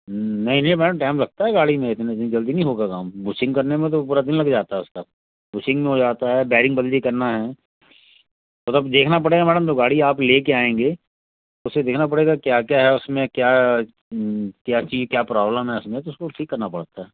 नहीं नहीं madam time लगता है गाड़ी में इतनी जल्दी नहीं होगा काम बुशिंग करने में तो पूरा दिन लग जाता है उसका बुशिंग में हो जाता है बेयरिंग बदली करना है वह तो अब देखना पड़ेगा मैडम तो गाड़ी आप लेकर आएँगे उसे देखना पड़ेगा क्या क्या है उसमें क्या क्या चीज़ क्या प्रॉब्लम है उसमें तो उसको ठीक करना पड़ता है